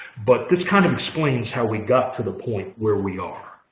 but this kind of explains how we got to the point where we are.